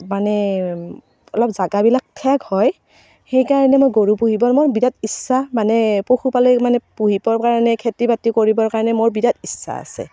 মানে অলপ জাগাবিলাক ঠেক হয় সেইকাৰণে মই গৰু পুহিবৰ মোৰ বিৰাট ইচ্ছা মানে পশু পালে মানে পুহিবৰ কাৰণে খেতি বাতি কৰিবৰ কাৰণে মোৰ বিৰাট ইচ্ছা আছে